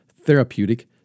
therapeutic